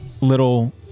little